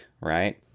right